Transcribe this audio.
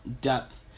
depth